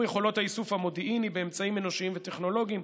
יכולות האיסוף המודיעיני באמצעים אנושיים וטכנולוגיים,